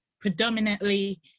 predominantly